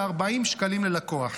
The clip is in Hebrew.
ב-40 שקלים ללקוח,